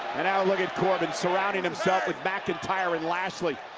and now, look at corbin surrounding himself with mcintyre and lashley.